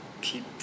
keep